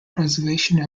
preservation